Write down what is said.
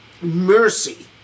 mercy